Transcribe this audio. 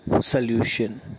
solution